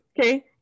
Okay